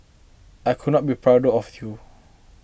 I could not be prouder of you